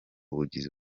bugizi